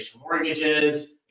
mortgages